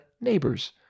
neighbor's